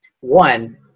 One